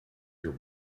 your